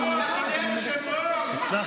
אני לא מצליחה לדבר.